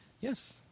yes